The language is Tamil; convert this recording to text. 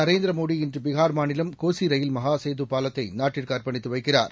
நரேந்திரமோடி இன்றுபிகார் மாநிலம் கோசிரயில் மகாசேது பாலத்தை நாட்டுக்கு அர்ப்பணித்துவைக்கிறார்